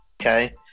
Okay